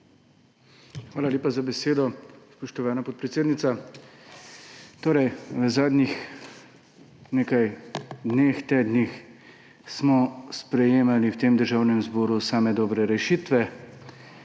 Hvala lepa za besedo, spoštovana podpredsednica. V zadnjih nekaj dneh, tednih smo sprejemali v tem državnem zboru same dobre rešitve.